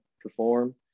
perform